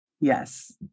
Yes